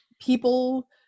people